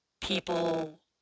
people